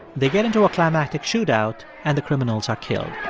they get into a climactic shootout and the criminals are killed